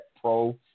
pro